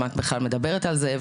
מה את בכלל מדברת על זה?